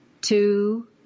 Two